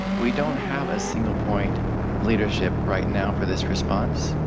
we don't have a single point of leadership right now for this response.